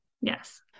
Yes